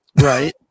right